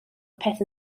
peth